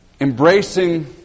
embracing